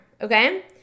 okay